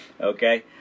Okay